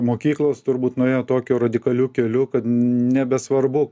mokyklos turbūt nuėjo tokiu radikaliu keliu kad nebesvarbu